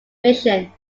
mission